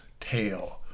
tail